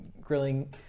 grilling